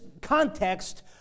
context